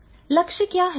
लक्ष्य क्या है